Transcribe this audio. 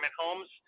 homes